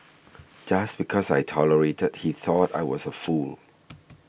just because I tolerated that he thought I was a fool